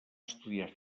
estudiar